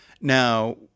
Now